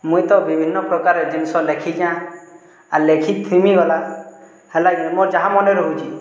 ମୁଇଁ ତ ବିଭିନ୍ନ ପ୍ରକାରେ ଜିନ୍ଷ ଲେଖି ଆଉ ଲେଖିଥିନି ଗଲା ହେଲା କି ମୋର୍ ଯାହା ମାନେ ରହୁଛି